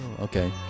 Okay